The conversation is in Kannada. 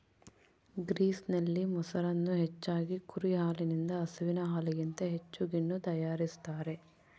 ಗ್ರೀಸ್ನಲ್ಲಿ, ಮೊಸರನ್ನು ಹೆಚ್ಚಾಗಿ ಕುರಿ ಹಾಲಿನಿಂದ ಹಸುವಿನ ಹಾಲಿಗಿಂತ ಹೆಚ್ಚು ಗಿಣ್ಣು ತಯಾರಿಸ್ತಾರ